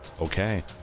Okay